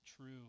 True